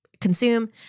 consume